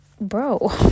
bro